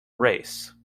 race